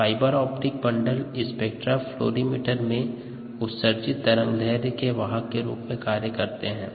fibre optic bundle spectrofluorimeter में उत्सर्जित तरंग दैर्ध्य के वाहक के रूप में कार्य करते हैं